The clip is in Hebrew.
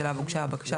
שאליו הוגשה הבקשה,